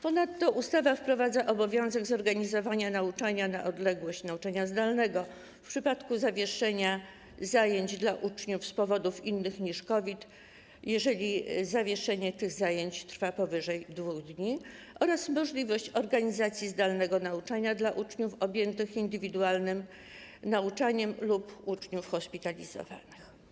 Ponadto ustawa wprowadza obowiązek zorganizowania nauczania na odległość, nauczania zdalnego w przypadku zawieszenia zajęć dla uczniów z powodów innych niż COVID, jeżeli zawieszenie tych zajęć trwa powyżej 2 dni, oraz możliwość organizacji zdalnego nauczania dla uczniów objętych indywidualnym nauczaniem lub uczniów hospitalizowanych.